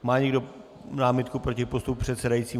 Má někdo námitku proti postupu předsedajícího?